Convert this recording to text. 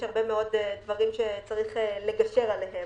יש הרבה מאוד דברים שצריך לגשר עליהם.